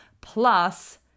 plus